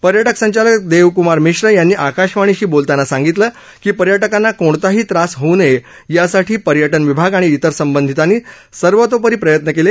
पर्यटक संचालक देब क्मार मिश्र यांनी आकाशवाणीला बोलताना सांगितलं की पर्यटकाना कसलाही त्रास होऊ नये यासाठी पर्यटन विभाग आणि इतर संबधितांनी सर्वोतोपरी प्रयत्न केले